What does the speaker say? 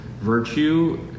virtue